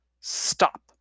Stop